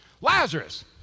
lazarus